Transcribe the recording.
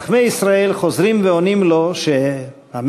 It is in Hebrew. חכמי ישראל חוזרים ועונים לו שהמשק,